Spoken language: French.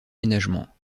ménagement